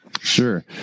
Sure